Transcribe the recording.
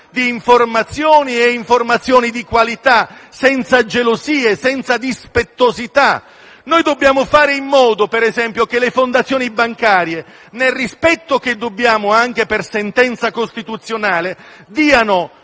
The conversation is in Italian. sia una continuità di informazioni di qualità, senza gelosia e senza dispettosità. Noi dobbiamo fare in modo, per esempio, che le fondazioni bancarie, nel rispetto che dobbiamo anche per sentenza costituzionale, diano